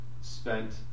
spent